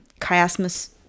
Chiasmus